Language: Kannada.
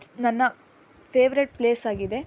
ನನ್ನ ಫೇವ್ರೆಟ್ ಪ್ಲೇಸ್ ಆಗಿದೆ